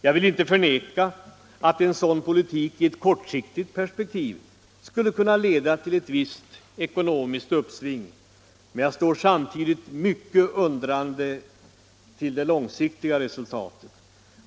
Jag vill inte förneka att en sådan politik i ett kortsiktigt perspektiv skulle leda till ett visst ekonomiskt uppsving, men jag står samtidigt mycket undrande till det långsiktiga resultatet.